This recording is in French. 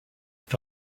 est